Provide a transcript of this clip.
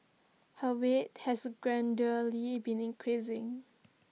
her weight has been increasing